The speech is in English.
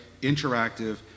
interactive